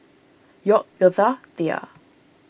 York Girtha Tia